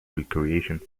recreation